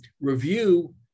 review